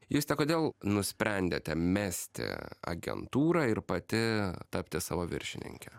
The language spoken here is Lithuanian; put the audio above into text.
juse kodėl nusprendėte mesti agentūrą ir pati tapti savo viršininke